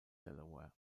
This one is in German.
delaware